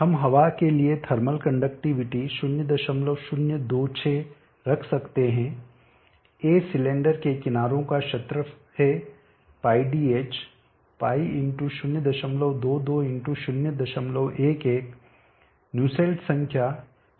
हम हवा के लिए थर्मल कंडक्टिविटी 0026 रख सकते हैं A सिलेंडर के किनारों का क्षेत्र है πdh π×022×011 न्यूसेल्ट संख्या 24015×∆T